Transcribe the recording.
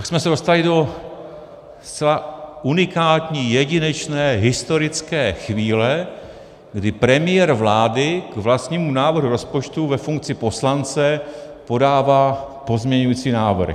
Tak jsme se dostali do zcela unikátní, jedinečné historické chvíle, kdy premiér vlády k vlastnímu návrhu rozpočtu ve funkci poslance podává pozměňující návrh.